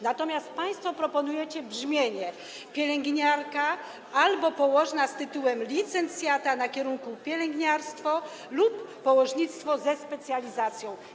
Natomiast państwo proponujecie brzmienie: pielęgniarka albo położna z tytułem licencjata na kierunku pielęgniarstwo lub położnictwo ze specjalizacją.